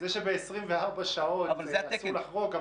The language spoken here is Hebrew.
זה שב-24 שעות אסור לחרוג,